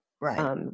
Right